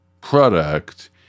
product